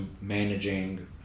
managing